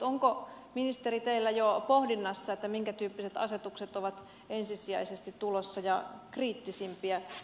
onko ministeri teillä jo pohdinnassa minkä tyyppiset asetukset ovat ensisijaisesti tulossa ja kriittisimpiä